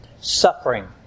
suffering